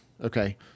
Okay